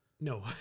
No